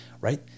right